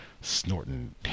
snorting